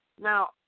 Now